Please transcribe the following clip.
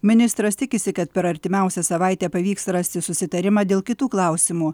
ministras tikisi kad per artimiausią savaitę pavyks rasti susitarimą dėl kitų klausimų